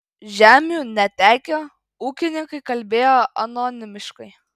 žemių netekę ūkininkai kalbėjo anonimiškai